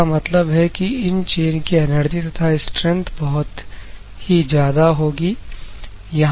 इसका मतलब है कि इन चैन की एनर्जी तथा स्ट्रैंथ बहुत ही ज्यादा होगी